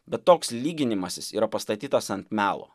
bet toks lyginimasis yra pastatytas ant melo